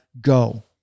Go